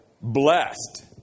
blessed